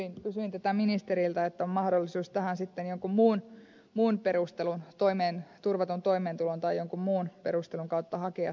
kysyin tätä ministeriltä että on mahdollisuus tähän sitten jonkun muun perustelun turvatun toimeentulon tai jonkun muun perustelun kautta hakea muutosta